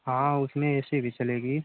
हाँ उसमें A C भी चलेगी